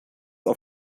auf